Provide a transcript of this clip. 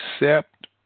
accept